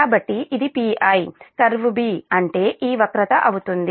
కాబట్టి ఇది Pi curve 'B' అంటే ఈ వక్రత అవుతుంది